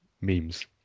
memes